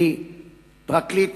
מפרקליט